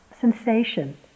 sensation